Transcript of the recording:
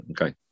Okay